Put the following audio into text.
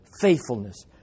faithfulness